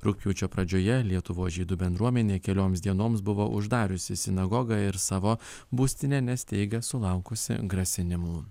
rugpjūčio pradžioje lietuvos žydų bendruomenė kelioms dienoms buvo uždariusi sinagogą ir savo būstinę nes teigia sulaukusi grasinimų